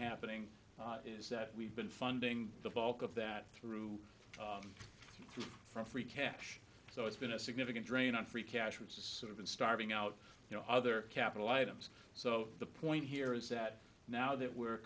happening is that we've been funding the bulk of that through from free cash so it's been a significant drain on free cash which is sort of been starving out you know other capital items so the point here is that now that we're